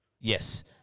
yes